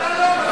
אתה לא מתסיס,